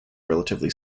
relatively